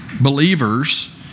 believers